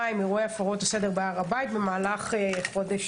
עם אירועי הפרות הסדר בהר הבית במהלך הרמדאן.